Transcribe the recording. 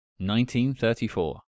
1934